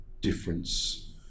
difference